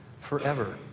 forever